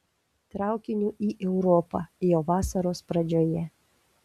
traukiniu į europą jau vasaros pradžioje